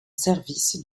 service